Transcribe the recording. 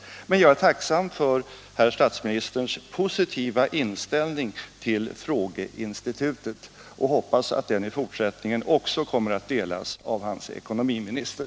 Jag är emellertid tacksam för herr statsministerns positiva inställning till frågeinstitutet och hoppas att den i fortsättningen kommer att delas av hans ekonomiminister.